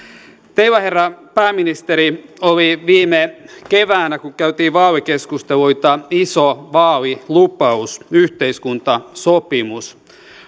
teillä herra pääministeri oli viime keväänä kun käytiin vaalikeskusteluita iso vaalilupaus yhteiskuntasopimus